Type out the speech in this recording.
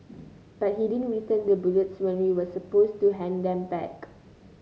but he didn't return the bullets when we were supposed to hand them back